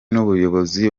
n’ubuyobozi